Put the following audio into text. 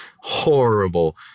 Horrible